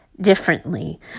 differently